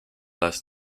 las